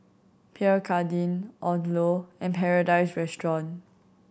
Pierre Cardin Odlo and Paradise Restaurant